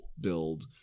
build